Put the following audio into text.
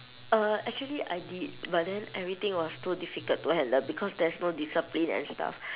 uh actually I did but then everything was too difficult to handle because there's no discipline and stuff